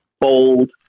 bold